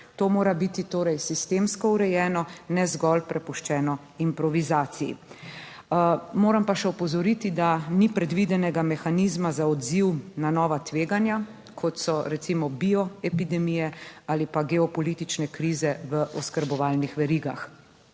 To mora biti torej sistemsko urejeno, ne zgolj prepuščeno improvizaciji. Moram pa še opozoriti, da ni predvidenega mehanizma za odziv na nova tveganja, kot so recimo bioepidemije ali pa geopolitične krize v oskrbovalnih verigah.